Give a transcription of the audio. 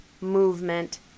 movement